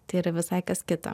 tai yra visai kas kita